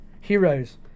Heroes